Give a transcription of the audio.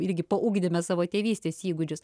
irgi paugdėme savo tėvystės įgūdžius